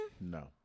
no